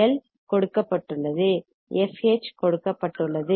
L fL கொடுக்கப்பட்டுள்ளது fH கொடுக்கப்பட்டுள்ளது